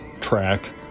track